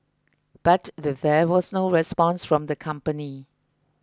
but there was no response from the company